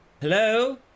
Hello